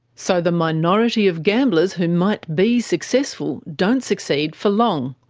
so the minority of gamblers who might be successful don't succeed for long,